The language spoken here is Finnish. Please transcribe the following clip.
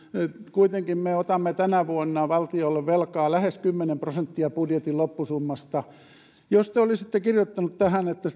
kuitenkin me otamme tänä vuonna valtiolle velkaa lähes kymmenen prosenttia budjetin loppusummasta jos te olisitte kirjoittanut tähän että